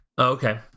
Okay